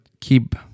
keep